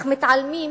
אך מתעלמים